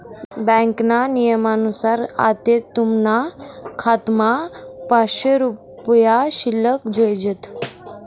ब्यांकना नियमनुसार आते तुमना खातामा पाचशे रुपया शिल्लक जोयजेत